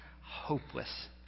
hopeless